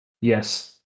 Yes